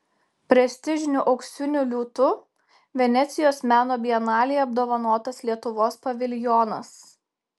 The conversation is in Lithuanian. prestižiniu auksiniu liūtu venecijos meno bienalėje apdovanotas lietuvos paviljonas